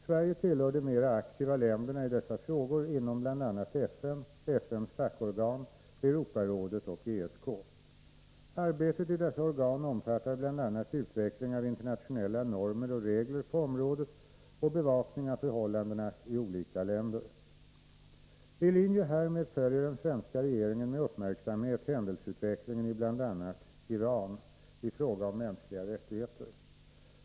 Sverige tillhör de mera aktiva länderna i dessa frågor inom bl.a. FN, FN:s fackorgan, Europarådet och ESK. Arbetet i dessa organ omfattar bl.a. utveckling av internationella normer och regler på området och bevakning av förhållandena i olika länder. I linje härmed följer den svenska regeringen med uppmärksamhet händelseutvecklingen i bl.a. Iran i fråga om mänskliga rättigheter.